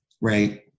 right